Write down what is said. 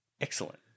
Excellent